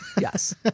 Yes